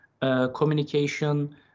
communication